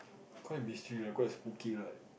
quite mystery right quite spooky right